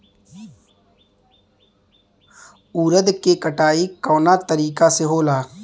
उरद के कटाई कवना तरीका से होला?